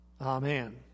amen